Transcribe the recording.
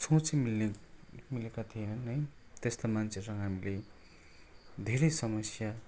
सोच मिल्ने मिलेका थिएनन् है त्यस्ता मान्छेहरूसँग हामीले धेरै समस्या